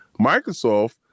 Microsoft